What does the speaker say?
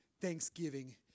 thanksgiving